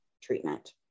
treatment